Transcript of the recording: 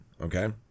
Okay